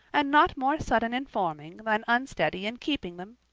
and not more sudden in forming than unsteady in keeping them.